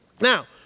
Now